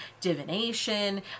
divination